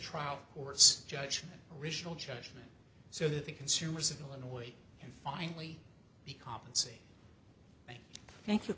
trial court's judgment original judgment so that the consumers of illinois can finally be compensated thank you